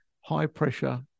high-pressure